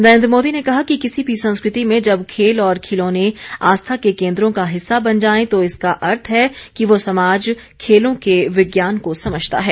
नरेन्द्र मोदी ने कहा कि किसी भी संस्कृति में जब खेल और खिलौने आस्था के केन्द्रों का हिस्सा बन जाए तो इसका अर्थ है कि वो समाज खेलों के विज्ञान को समझता है